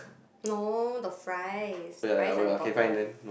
no the fries the fries are important